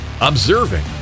observing